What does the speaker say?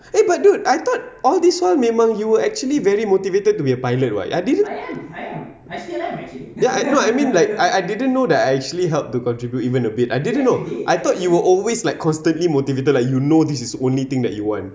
eh but dude I thought all this while memang you were actually very motivated to be a pilot [what] no I mean like I I didn't know that I actually helped to contribute even a bit I didn't know I thought you were always like constantly motivated like you know this is the only thing that you want